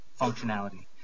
functionality